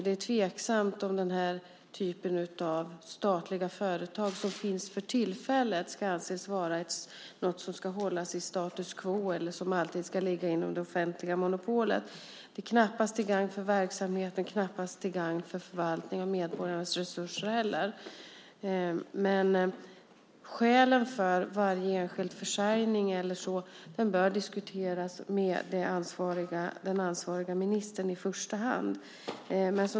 Det är tveksamt om den här typen av statliga företag som finns för tillfället ska anses vara något som ska hållas i slags status quo eller som alltid ska ligga under offentliga monopol. Det är knappast till gagn för verksamheten och knappast till gagn för förvaltning av medborgarnas resurser. Men skälen för varje enskild försäljning bör diskuteras med den ansvariga ministern i första hand.